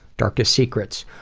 darkest secrets?